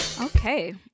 Okay